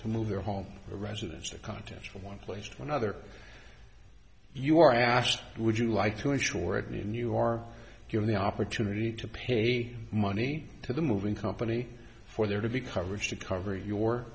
to move their home or residence the contents from one place to another you are asked would you like to insure it mean you are your only opportunity to pay money to the moving company for there to be coverage to cover your